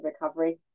recovery